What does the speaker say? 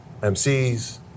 MCs